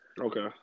Okay